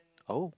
oh